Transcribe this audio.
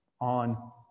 on